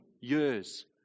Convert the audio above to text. years